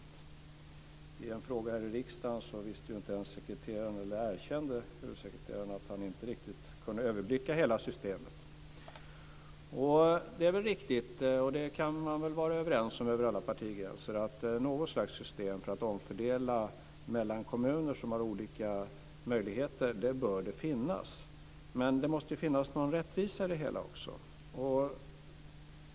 I samband med en fråga här i riksdagen erkände huvudsekreteraren att han inte riktigt kunde överblicka hela systemet och det är väl riktigt. Över alla partigränser kan man väl vara överens om att något slags system för att omfördela mellan kommuner som har olika möjligheter bör finnas men det måste också finnas en rättvisa i det hela.